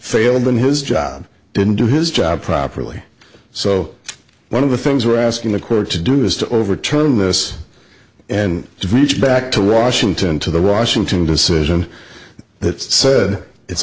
failed in his job didn't do his job properly so one of the things we're asking the court to do is to overturn this and reach back to washington to the washington decision that said it's